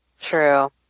True